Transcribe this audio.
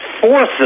forces